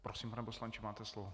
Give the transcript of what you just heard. Prosím, pane poslanče, máte slovo.